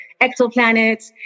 exoplanets